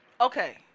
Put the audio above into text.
Okay